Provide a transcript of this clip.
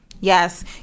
Yes